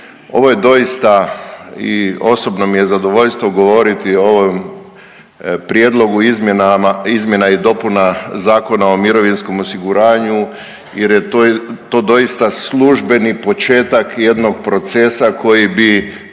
ovo je doista i osobno mi je zadovoljstvo govoriti o ovom prijedlogu izmjena i dopuna Zakona o mirovinskom osiguranju jer je to doista službeni početak jednog procesa koji bi